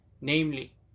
namely